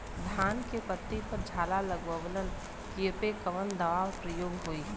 धान के पत्ती पर झाला लगववलन कियेपे कवन दवा प्रयोग होई?